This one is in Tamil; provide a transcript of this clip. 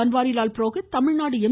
பன்வாரிலால் புரோஹித் தமிழ்நாடு எம்